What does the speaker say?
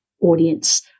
audience